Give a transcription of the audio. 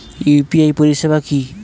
UPI পরিষেবা কি?